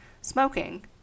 smoking